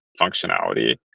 functionality